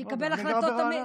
אני גר ברעננה.